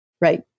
Right